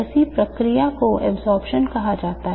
ऐसी प्रक्रिया को absorption कहा जाता है